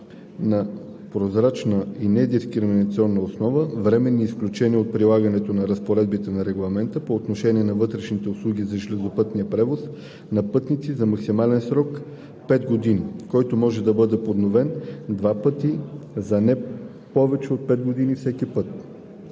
на прозрачна и недискриминационна основа, временни изключения от прилагането на разпоредбите на Регламента по отношение на вътрешните услуги за железопътен превоз на пътници за максимален срок 5 години, който може да бъде подновен два пъти, за не повече от 5 години всеки път.